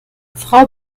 frau